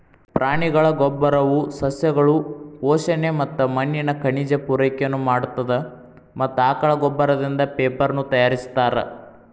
ಪ್ರಾಣಿಗಳ ಗೋಬ್ಬರವು ಸಸ್ಯಗಳು ಪೋಷಣೆ ಮತ್ತ ಮಣ್ಣಿನ ಖನಿಜ ಪೂರೈಕೆನು ಮಾಡತ್ತದ ಮತ್ತ ಆಕಳ ಗೋಬ್ಬರದಿಂದ ಪೇಪರನು ತಯಾರಿಸ್ತಾರ